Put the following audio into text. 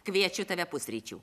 kviečiu tave pusryčių